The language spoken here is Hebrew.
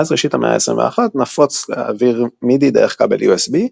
מאז ראשית המאה ה-21 נפוץ להעביר מידי דרך כבל USB,